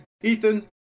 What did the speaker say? Ethan